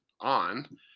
on